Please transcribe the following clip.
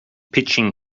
pitching